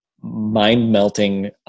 mind-melting